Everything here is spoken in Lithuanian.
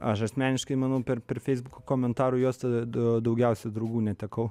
aš asmeniškai manau per feisbuk komentarų juostą du daugiausiai draugų netekau